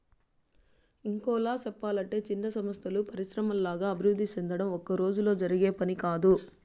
ఇంకోలా సెప్పలంటే చిన్న సంస్థలు పరిశ్రమల్లాగా అభివృద్ధి సెందడం ఒక్కరోజులో జరిగే పని కాదు